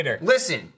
listen